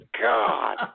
God